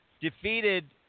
Defeated